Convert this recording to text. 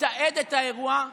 מתעד את האירוע,